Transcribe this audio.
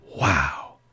Wow